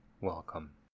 Welcome